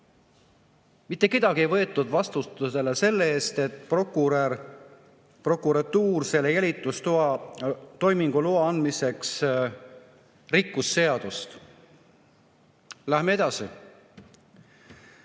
Mitte kedagi ei võetud vastutusele selle eest, et prokuratuur selle jälitustoimingu loa andmiseks rikkus seadust. Läheme edasi.